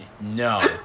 no